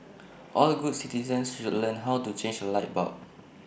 all good citizens should learn how to change A light bulb